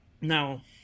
Now